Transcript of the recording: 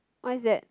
what is that